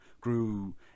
grew